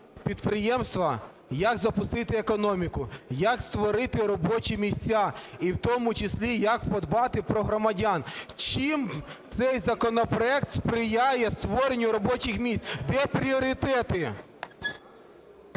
підприємства, як запустити економіку, як створити робочі місця і в тому числі як подбати про громадян. Чим цей законопроект сприяє створенню робочих місць, де пріоритети?